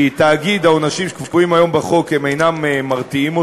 כי לגבי תאגיד העונשים שקבועים היום בחוק אינם מרתיעים,